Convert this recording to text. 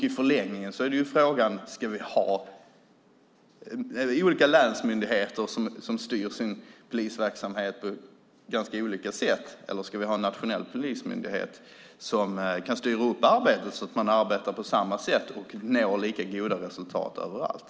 I förlängningen är frågan: Ska vi ha olika länsmyndigheter som styr sin polisverksamhet på ganska olika sätt, eller ska vi ha en nationell polismyndighet som kan styra upp arbetet så att man arbetar på samma sätt och når lika goda resultat överallt?